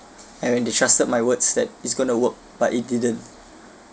and when they trusted my words that it's going to work but it didn't